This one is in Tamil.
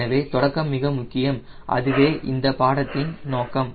எனவே தொடக்கம் மிக முக்கியம் மேலும் அதுவே இந்த பாடத்தின் நோக்கம்